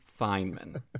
Feynman